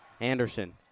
Anderson